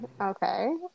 Okay